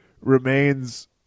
remains